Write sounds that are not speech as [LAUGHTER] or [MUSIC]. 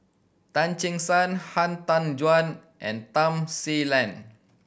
Tan Che Sang Han Tan Juan and Tham Sien [UNINTELLIGIBLE]